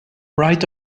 right